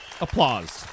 Applause